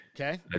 Okay